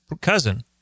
cousin